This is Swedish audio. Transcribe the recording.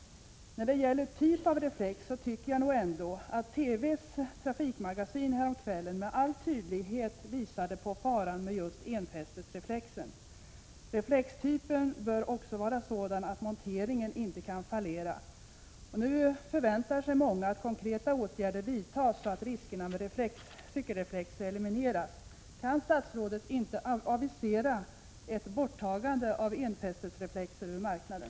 När det gäller typ av reflex tycker jag nog ändå att TV:s trafikmagasin härom kvällen med all tydlighet visade på faran med enfästesreflexen. Reflextypen bör också vara sådan att monteringen inte kan fallera. Nu förväntar sig många att konkreta åtgärder vidtas så att riskerna med cykelreflexer elimineras. Kan statsrådet avisera ett borttagande av enfästesreflexer ur marknaden?